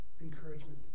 encouragement